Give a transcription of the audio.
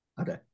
Okay